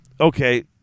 Okay